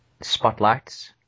spotlights